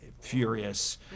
furious